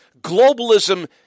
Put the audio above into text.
Globalism